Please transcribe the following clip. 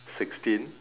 sixteen